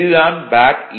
இது தான் பேக் ஈ